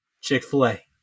Chick-fil-A